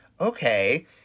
okay